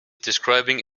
describing